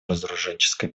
разоруженческой